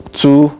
two